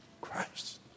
Christ